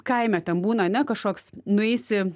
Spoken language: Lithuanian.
kaime ten būna ane kažkoks nueisi